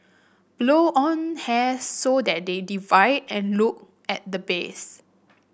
blow on hairs so that they divide and look at the base